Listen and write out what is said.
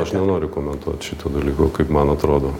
aš nenoriu komentuot šito dalyko kaip man atrodo